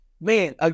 man